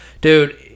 dude